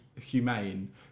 humane